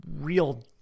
real